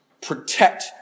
Protect